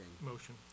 Motion